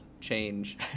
change